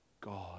God